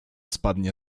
spadnie